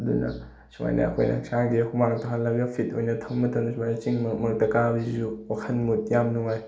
ꯑꯗꯨꯅ ꯁꯨꯃꯥꯏꯅ ꯑꯩꯈꯣꯏꯅ ꯍꯛꯆꯥꯡꯁꯦ ꯍꯨꯃꯥꯡ ꯇꯥꯍꯜꯂꯒ ꯐꯤꯠ ꯑꯣꯏꯅ ꯊꯝ ꯃꯇꯝꯗ ꯁꯨꯃꯥꯏꯅ ꯆꯤꯡ ꯃꯔꯛ ꯃꯔꯛꯇ ꯀꯥꯕꯁꯤꯁꯨ ꯋꯥꯈꯟ ꯃꯨꯠ ꯌꯥꯝ ꯅꯨꯡꯉꯥꯏ